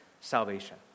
salvation